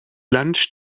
lunch